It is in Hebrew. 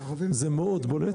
זה מאוד בולט.